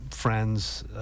Friends